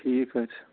ٹھیٖک حظ چھُ